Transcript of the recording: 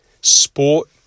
Sport